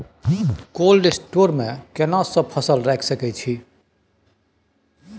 Cold store मे केना सब फसल रखि सकय छी?